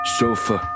sofa